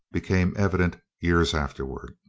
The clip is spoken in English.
became evident years afterward.